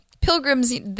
pilgrims